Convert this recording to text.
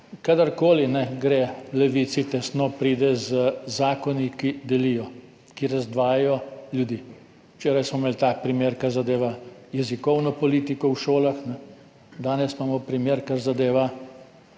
Kadar koli gre Levici tesno, pride z zakoni, ki delijo, ki razdvajajo ljudi. Včeraj smo imeli tak primer, kar zadeva jezikovno politiko v šolah, danes imamo primer, kar zadeva